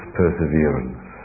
perseverance